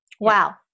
Wow